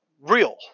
real